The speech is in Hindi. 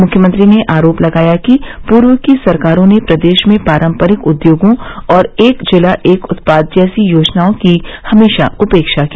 मुख्यमंत्री ने आरोप लगाया कि पूर्व की सरकारों ने प्रदेश में पारंपरिक उद्योगों और एक जिला एक उत्पाद जैसी योजनाओं की हमेशा उपेक्षा की